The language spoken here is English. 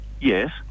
Yes